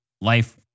life